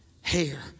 Hair